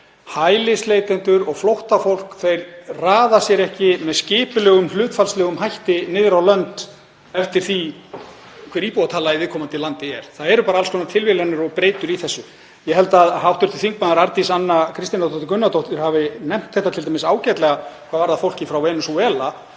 hælisleitendur og flóttafólk raðar sér ekki með skipulegum hlutfallslegum hætti niður á lönd eftir því hver íbúatala í viðkomandi landi er. Það eru bara alls konar tilviljanir og breytur í þessu. Ég held að hv. þm. Arndís Anna Kristínardóttir Gunnarsdóttir hafi nefnt þetta t.d. ágætlega hvað varðar fólkið frá Venesúela,